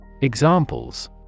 Examples